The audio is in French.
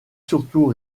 surtout